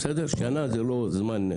שנה זה לא זמן,